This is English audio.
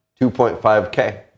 2.5K